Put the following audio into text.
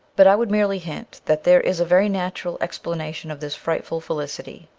but i would merely hint that there is a very natural explanation of this frightful felicity,